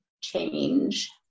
change